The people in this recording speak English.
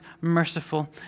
merciful